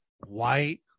white